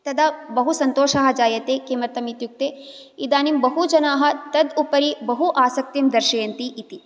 तदा बहु सन्तोषः जायते किमर्थम् इत्युक्ते इदानीं बहुजनाः तत् उपरि बहु आसाक्तिं दर्शयन्ति इति